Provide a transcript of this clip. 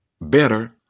better